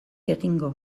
egingo